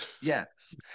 yes